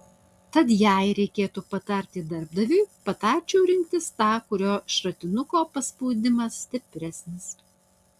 tad jei reikėtų patarti darbdaviui patarčiau rinktis tą kurio šratinuko paspaudimas stipresnis